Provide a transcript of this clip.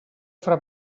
fra